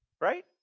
Right